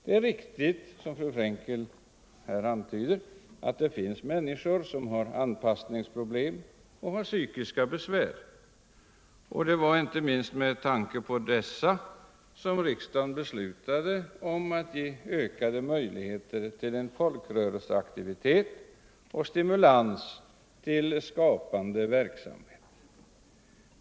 Det är riktigt som fru Frenkel här säger att det finns människor med anpassningsproblem och psykiska besvär. Det var inte minst med tanke på dem som riksdagen beslutade att lämna ökade anslag till folkrörelseaktivitet och till stimulans av skapande verksamhet.